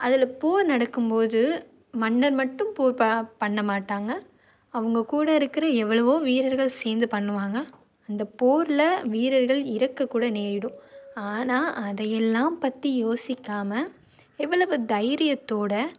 அதில் போர் நடக்கும் போது மன்னன் மட்டும் போர் பண்ண மாட்டாங்க அவங்க கூட இருக்கிற எவ்வளவோ வீரர்கள் சேர்ந்து பண்ணுவாங்க அந்த போர்ல வீரர்கள் இறக்க கூட நேரிடும் ஆனால் அதையெல்லாம் பற்றி யோசிக்காமல் எவ்வளவு தைரியத்தோட